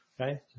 okay